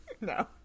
No